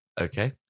Okay